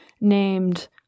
named